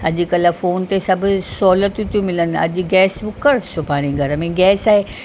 अॼुकल्ह फ़ोन ते सभु सहुलियत थियूं मिलनि अॼु गैस बुक करि सुभाणे घर में गैस आहे